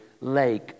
lake